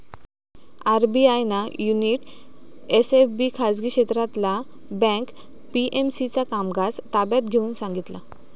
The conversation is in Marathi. आर.बी.आय ना युनिटी एस.एफ.बी खाजगी क्षेत्रातला बँक पी.एम.सी चा कामकाज ताब्यात घेऊन सांगितला